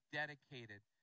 dedicated